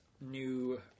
new